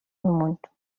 موند